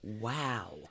Wow